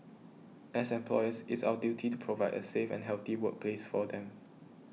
as employers it's our duty to provide a safe and healthy workplace for them